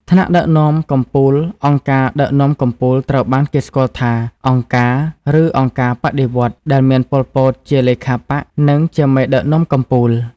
ថ្នាក់ដឹកនាំកំពូល អង្គការដឹកនាំកំពូលត្រូវបានគេស្គាល់ថា អង្គការ ឬ អង្គការបដិវត្តន៍ ដែលមាន ប៉ុល ពត ជាលេខាបក្ស និងជាមេដឹកនាំកំពូល។